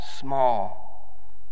small